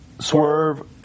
Swerve